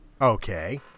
okay